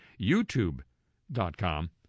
YouTube.com